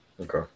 Okay